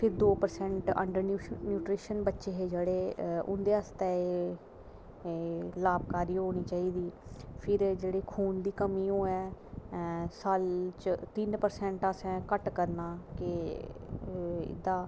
फिर दौ परसैंट जेह्ड़े अंडर न्यूट्रिशियन बच्चे हे उंदे आस्तै एह् लाभकारी होनी चाहिदी फिर जेह्ड़ी खून दी कमी होऐ ते तीन परसैंट असें घट्ट करना की एह्दा